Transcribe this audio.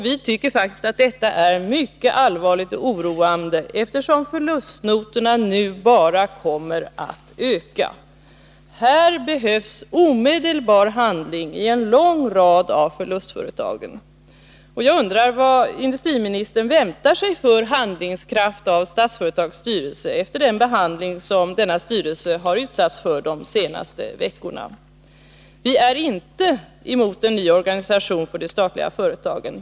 Vi tycker att detta är mycket allvarligt och oroande, eftersom förlustnotorna bara kommer att öka. Här behövs omedelbar handling i en lång rad förlustföretag. Jag undrar vad industriministern väntar sig för handlingskraft av Statsföretags styrelse, efter den behandling som denna styrelse har utsatts för under de senaste veckorna. Vi är inte emot en ny organisation för de statliga företagen.